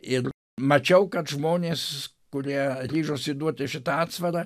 ir mačiau kad žmonės kurie ryžosi duoti šitą atsvarą